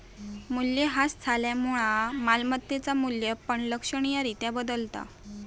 मूल्यह्रास झाल्यामुळा मालमत्तेचा मू्ल्य पण लक्षणीय रित्या बदलता